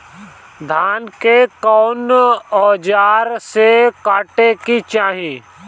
धान के कउन औजार से काटे के चाही?